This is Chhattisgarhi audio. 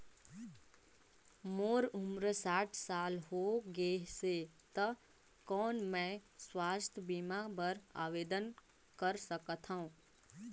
मोर उम्र साठ साल हो गे से त कौन मैं स्वास्थ बीमा बर आवेदन कर सकथव?